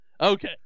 Okay